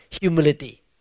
humility